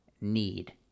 need